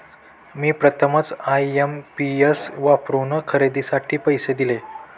मी प्रथमच आय.एम.पी.एस वापरून खरेदीसाठी पैसे दिले